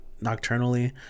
nocturnally